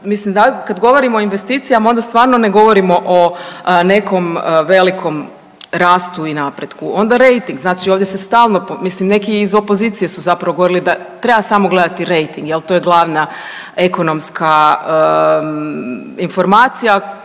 Mislim kad govorimo o investicijama onda stvarno ne govorimo o nekom velikom rastu i napretku. Onda rejting znači ovdje se stalno, mislim neki iz opozicije su zapravo govorili da treba samo gledati rejting jel to je glavna ekonomska informacija